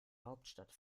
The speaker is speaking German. hauptstadt